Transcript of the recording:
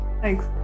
Thanks